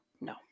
No